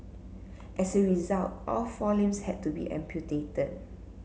as a result all four limbs had to be amputated